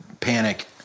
panic